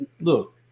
look